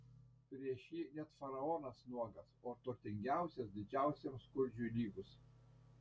prieš jį net faraonas nuogas o turtingiausias didžiausiam skurdžiui lygus